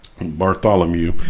Bartholomew